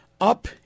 up